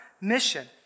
mission